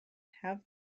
have